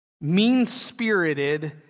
mean-spirited